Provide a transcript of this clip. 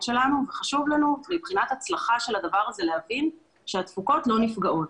שלנו וחשוב לנו מבחינת ההצלחה של הדבר הזה להבין שהתפוקות לא נפגעות.